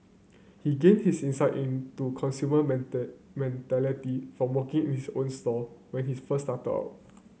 he gained his insight into consumer mentality from working his own store when his first started out